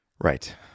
Right